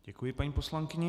Děkuji paní poslankyni.